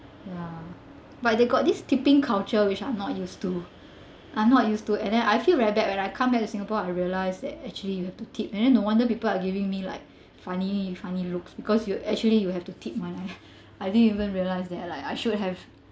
ya but they got this tipping culture which I'm not used to I'm not used to and then I feel very bad when I came back to singapore I realised that actually you have to tip and then no wonder people are giving me like funny funny looks because you actually you have to tip one I didn't even realised that like I should have